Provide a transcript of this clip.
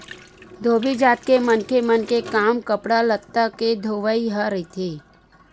धोबी जात के मनखे मन के काम कपड़ा लत्ता के धोवई ह रहिथे